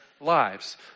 lives